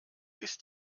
ist